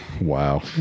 Wow